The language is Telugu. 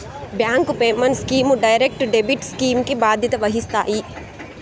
bank payment schemes direct debit scheme కి బాధ్యత వహిస్తాయి